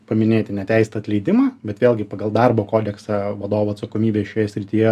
paminėti neteisėtą atleidimą bet vėlgi pagal darbo kodeksą vadovų atsakomybė šioje srityje